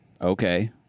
Okay